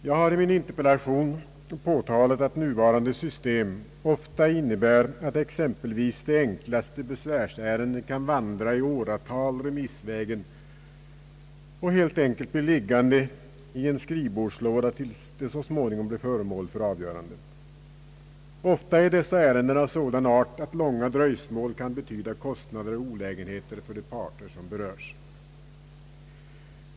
Jag har i min interpellation framhållit att nuvarande system ofta innebär exempelvis att de enklaste besvärsärenden kan vandra remissvägen i åratal och helt enkelt bli liggande i en skrivbordslåda tills de så småningom blir föremål för avgörande. Ofta är dessa ärenden av sådan art att långa dröjsmål kan betyda kostnader och olägenheter för de parter som berörs.